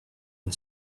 and